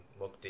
mukti